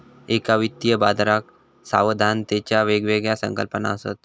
एका वित्तीय बाजाराक सावधानतेच्या वेगवेगळ्या संकल्पना असत